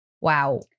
wow